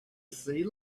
see